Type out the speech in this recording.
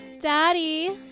daddy